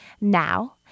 Now